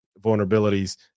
vulnerabilities